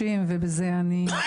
תודה רבה.